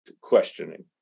questioning